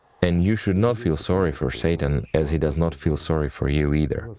and you should not feel sorry for satan, as he does not feel sorry for you, either.